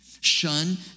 shun